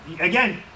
again